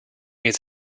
means